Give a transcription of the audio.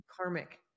Karmic